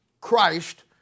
Christ